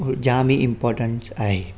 जाम ई इम्पोटेंट्स आहे